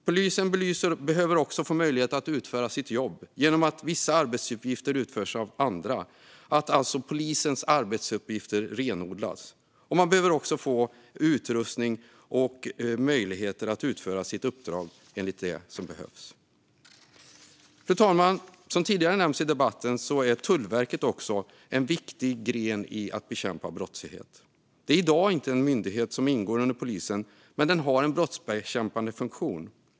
Polisen behöver också få möjlighet att utföra sitt jobb genom att vissa arbetsuppgifter utförs av andra, alltså att polisens arbetsuppgifter renodlas. Man behöver också få utrustning och möjligheter att utföra sitt uppdrag enligt det som behövs. Fru talman! Som tidigare nämnts i debatten är också Tullverket en viktig gren i att bekämpa brottslighet. Det är i dag inte en myndighet som ingår under polisen. Men det har en brottsbekämpande funktion.